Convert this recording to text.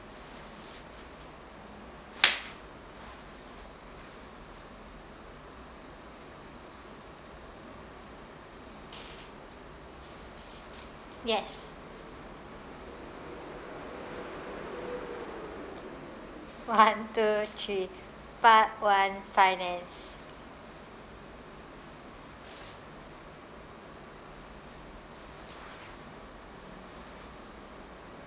yes one two three part one finance